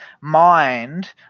mind